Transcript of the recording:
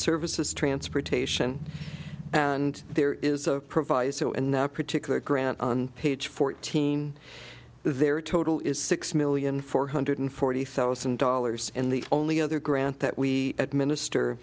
services transportation and there is a proviso in our particular grant on page fourteen their total is six million four hundred forty thousand dollars in the only other grant that we administer